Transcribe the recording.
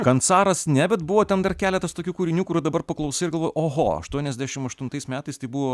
kansaras ne bet buvo ten dar keletas tokių kūrinių kurių dabar paklausai ir galvoji oho aštuoniasdešimt aštuntais metais tai buvo